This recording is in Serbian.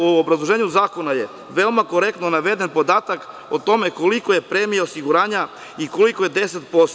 U obrazloženju Zakona je veoma korektno naveden podatak o tome koliko je premija osiguranja i koliko je 10%